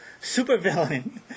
supervillain